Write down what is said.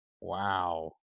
Wow